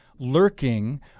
Lurking